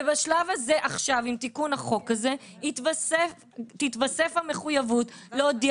ובשלב הזה עכשיו עם תיקון החוק הזה תתווסף המחויבות להודיע